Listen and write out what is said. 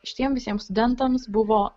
šitiems visiems studentams buvo